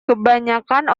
kebanyakan